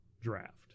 draft